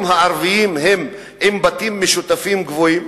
הערביים הם עם בתים משותפים גבוהים?